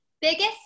Biggest